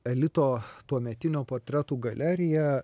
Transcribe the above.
elito tuometinio portretų galeriją